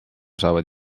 saavad